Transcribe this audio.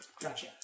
Gotcha